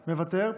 מוותר.